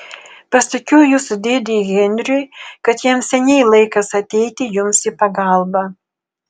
pasakiau jūsų dėdei henriui kad jam seniai laikas ateiti jums į pagalbą